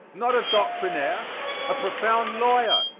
not a doctrinaire a profound lawyer,